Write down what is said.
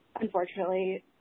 unfortunately